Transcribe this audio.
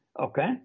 Okay